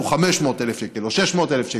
שהוא 500,000 שקל או 600,000 שקל,